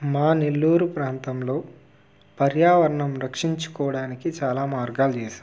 మా నెల్లూరు ప్రాంతంలో పర్యావరణం రక్షించుకోవడానికి చాలా మార్గాలు చేశాం